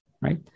right